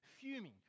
fuming